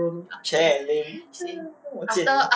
!chey! lame 我借你